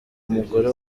umugore